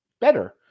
better